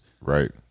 Right